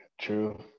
True